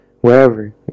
wherever